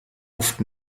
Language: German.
oft